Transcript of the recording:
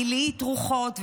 הלהיט רוחות,